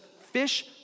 fish